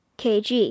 kg